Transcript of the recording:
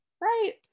Right